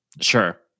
sure